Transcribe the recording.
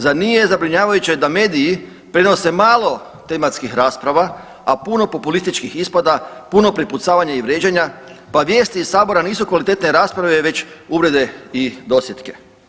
Zar nije zabrinjavajuće da mediji prenose malo tematskih rasprava, a puno populističkih ispada, puno prepucavanja i vrijeđanja pa vijesti iz sabora nisu kvalitetne rasprave već uvrede i dosjetke?